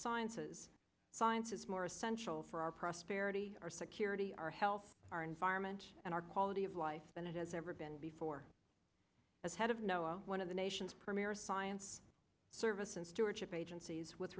sciences scientists more essential for our prosperity our security our health our environment and our quality of life than it has ever been before as head of know one of the nation's premier science service and stewardship agencies with